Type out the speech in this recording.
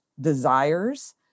desires